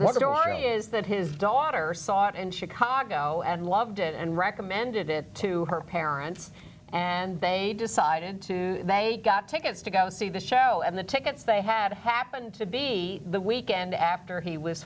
army is that his daughter saw it in chicago and loved it and recommended it to her parents and they decided to they got tickets to go see the show and the tickets they had happened to be the weekend after he was